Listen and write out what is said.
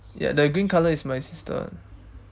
ya the green colour is my sister